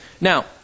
Now